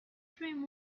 dream